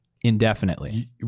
indefinitely